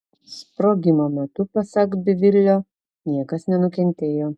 sprogimo metu pasak bivilio niekas nenukentėjo